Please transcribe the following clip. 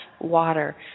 Water